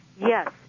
Yes